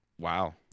Wow